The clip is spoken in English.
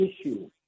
issue